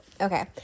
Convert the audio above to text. Okay